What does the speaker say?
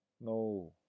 No